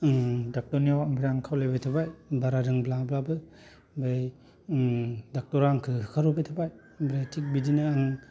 डक्ट'रनियाव ओमफ्राय आं खावलायबाय थाबाय बारा रोब्लाङाबाबो ओमफ्राय डक्ट'रा आंखौ होखारहरबाय थाबाय ओमफ्राय थिग बिदिनो आं